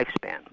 lifespan